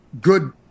good